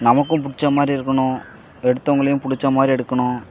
நமக்கும் பிடிச்ச மாதிரி இருக்கணும் எடுத்தவங்களையும் பிடிச்ச மாதிரி எடுக்கணும்